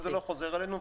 זה לא חוזר אלינו,